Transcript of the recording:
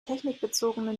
technikbezogene